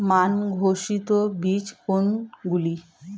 মান ঘোষিত বীজ কোনগুলি?